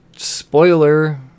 Spoiler